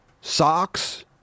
Socks